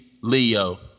Leo